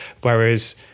Whereas